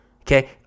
Okay